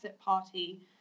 party